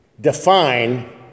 define